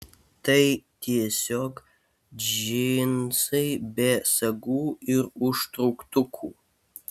tai tiesiog džinsai be sagų ir užtrauktukų